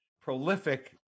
prolific